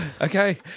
Okay